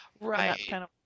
Right